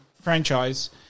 franchise